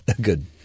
good